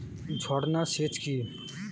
ঝর্না সেচ কি?